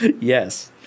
Yes